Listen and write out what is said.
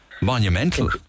monumental